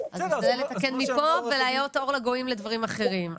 אז נתחיל לתקן מפה ולהיות אור לגויים לדברים אחרים.